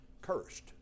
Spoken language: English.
Cursed